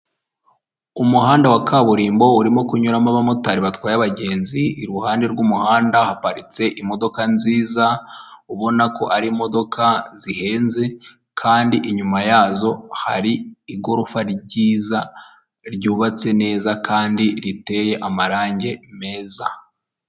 Inyubako nini yiganjemo ibara ry'umweru n'umukara ihagaze ahantu hirengeye ubona ko iri ku isoko kandi igurishwa amafaranga make uyishaka yayibona ku giciro cyiza.